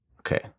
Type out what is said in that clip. Okay